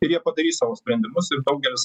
ir jie padarys savo sprendimus ir daugelis